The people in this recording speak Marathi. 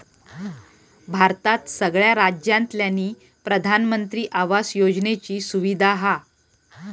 भारतात सगळ्या राज्यांतल्यानी प्रधानमंत्री आवास योजनेची सुविधा हा